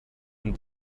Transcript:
and